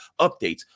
updates